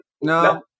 No